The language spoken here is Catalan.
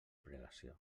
prelació